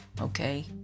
okay